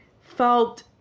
Felt